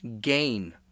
gain